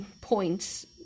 points